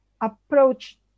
approach